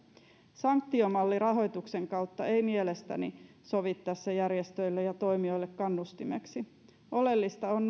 sanktiomalli rahoituksen kautta ei mielestäni sovi tässä järjestöille ja toimijoille kannustimeksi oleellista on